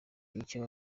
icyo